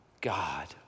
God